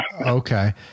Okay